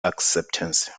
acceptance